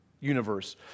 universe